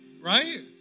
right